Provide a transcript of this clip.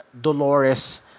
dolores